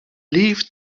lived